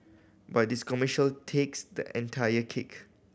but this commercial takes the entire cake